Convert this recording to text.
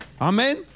Amen